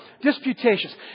disputatious